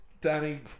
Danny